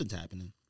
happening